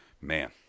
man